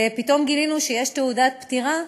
ופתאום גילינו שיש תעודת פטירה,